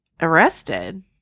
arrested